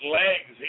legs